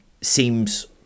seems